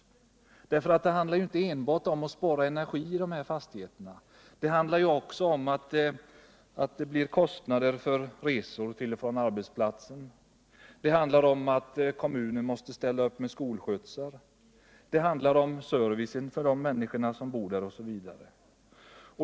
Det handlar i det fallet inte enbart om att spara energi. Det handlar också om kostnader för resor till och från arbetsplatsen. Det handlar om att kommunen måste ställa upp med skolskjutsar. Dei handlar om servicen för de människur som bor där osv.